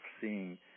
seeing